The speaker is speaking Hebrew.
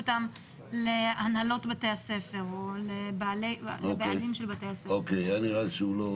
אותם להנהלות של בתי הספר או לבעלים של בתי הספר.